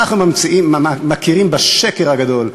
אנחנו מכירים בשקר הגדול,